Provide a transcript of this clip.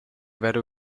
aver